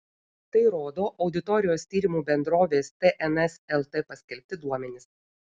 tai rodo auditorijos tyrimų bendrovės tns lt paskelbti duomenys